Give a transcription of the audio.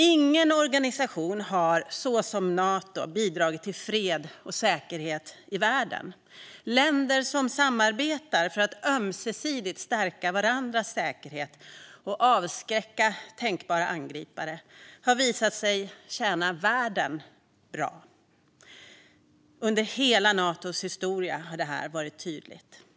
Ingen organisation har som Nato bidragit till fred och säkerhet i världen. Att länder samarbetar för att ömsesidigt stärka varandras säkerhet och avskräcka tänkbara angripare har visat sig tjäna världen bra, vilket har varit tydligt under Natos hela historia.